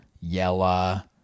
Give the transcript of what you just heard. Yella